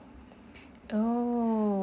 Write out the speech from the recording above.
oh